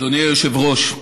אדוני היושב-ראש,